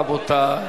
רבותי,